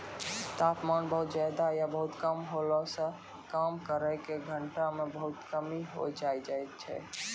तापमान बहुत ज्यादा या बहुत कम होला सॅ काम करै के घंटा म बहुत कमी होय जाय छै